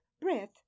breath